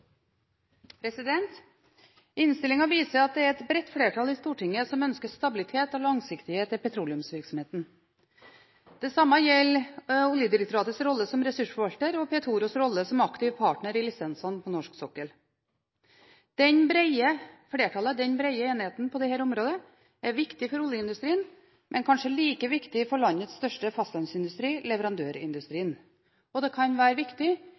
langsiktighet i petroleumsvirksomheten. Det samme gjelder Oljedirektoratets rolle som ressursforvalter og Petoros rolle som aktiv partner i lisensene på norsk sokkel. Det brede flertallet, den brede enigheten på dette området, er viktig for oljeindustrien, men kanskje like viktig for landets største fastlandsindustri, leverandørindustrien. Det kan også være viktig